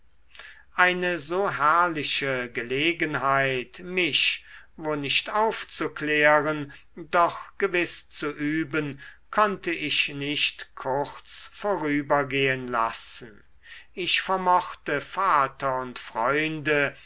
eine so herrliche gelegenheit mich wo nicht aufzuklären doch gewiß zu üben konnte ich nicht kurz vorübergehen lassen ich vermochte vater und freunde